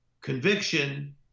conviction